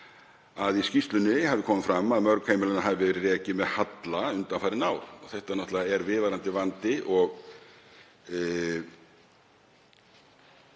Í skýrslunni kom fram að mörg heimilanna hafa verið rekin með halla undanfarin ár.“ — Þetta náttúrlega er viðvarandi vandi og